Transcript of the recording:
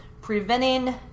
preventing